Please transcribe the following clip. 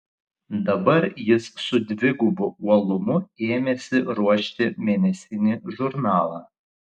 dabar jis su dvigubu uolumu ėmėsi ruošti mėnesinį žurnalą